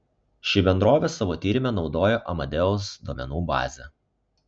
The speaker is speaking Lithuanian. ši bendrovė savo tyrime naudojo amadeus duomenų bazę